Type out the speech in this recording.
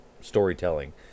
storytelling